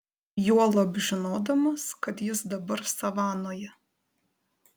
juolab žinodamas kad jis dabar savanoje